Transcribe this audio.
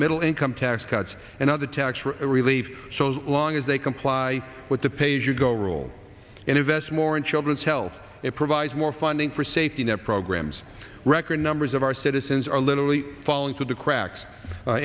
middle income tax cuts and other tax relief so long as they comply with the page you go rule and invest more in children's health it provides more funding for safety net programs record numbers of our citizens are literally falling through the cracks